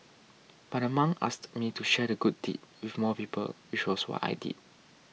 but the monk asked me to share the good deed with more people which was what I did